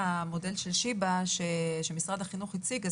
המודל של שיבא שמשרד החינוך הציג,